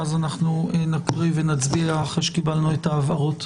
ואז אנחנו נקריא ונצביע אחרי שקיבלנו את ההבהרות.